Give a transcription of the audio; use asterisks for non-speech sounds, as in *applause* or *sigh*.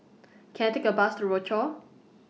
*noise* Can I Take A Bus to Rochor